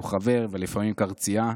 שהוא חבר ולפעמים קרצייה,